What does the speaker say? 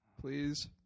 Please